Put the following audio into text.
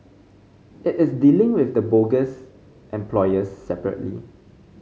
it is dealing with the bogus employers separately